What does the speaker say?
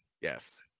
yes